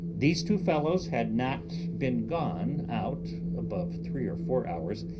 these two fellows had not been gone out above three or four hours,